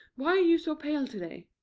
why are you so pale to-day?